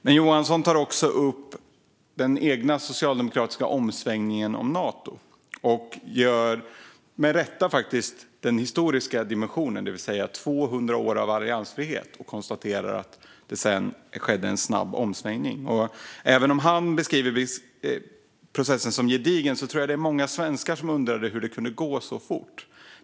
Morgan Johansson tar också upp den egna socialdemokratiska omsvängningen om Nato och nämner, med rätta, den historiska dimensionen - det vill säga 200 år av alliansfrihet - och konstaterar att det sedan skedde en snabb omsvängning. Även om han beskriver processen som gedigen tror jag att det är många svenskar som undrar hur det kunde gå så fort.